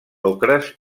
ocres